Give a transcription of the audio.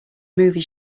movie